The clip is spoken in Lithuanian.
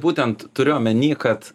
būtent turiu omeny kad